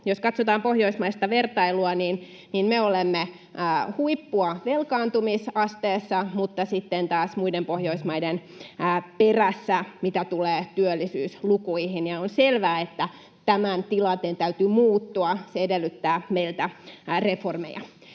Jos katsotaan pohjoismaista vertailua, niin me olemme huippua velkaantumisasteessa, mutta sitten taas muiden Pohjoismaiden perässä, mitä tulee työllisyyslukuihin. On selvää, että tämän tilanteen täytyy muuttua. Se edellyttää meiltä reformeja.